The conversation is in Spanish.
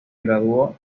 graduó